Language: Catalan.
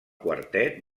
quartet